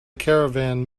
caravan